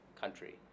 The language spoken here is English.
country